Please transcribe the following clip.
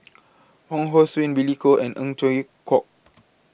Wong Hong Suen Billy Koh and Eng Chwee Kok